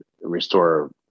restore